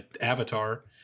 Avatar